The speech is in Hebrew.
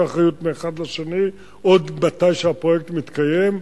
האחריות מאחד לשני עוד כשהפרויקט מתקיים,